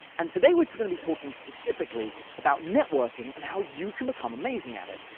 and today we're gonna be talking specifically about networking and how you can become amazing at it.